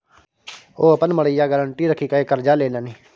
ओ अपन मड़ैया गारंटी राखिकए करजा लेलनि